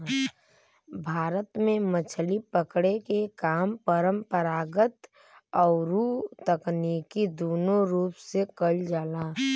भारत में मछरी पकड़े के काम परंपरागत अउरी तकनीकी दूनो रूप से कईल जाला